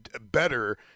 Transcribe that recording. better